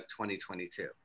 2022